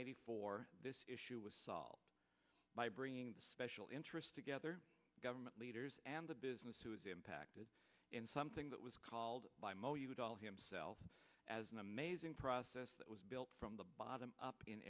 eighty four this issue was solved by bringing the special interests together government leaders and the business who is impacted in something that was called by mo udall himself as an amazing process that was built from the bottom up in